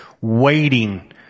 waiting